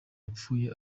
yapfuye